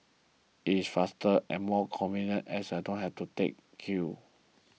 it is faster and more convenient as I don't have to take queue